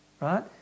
right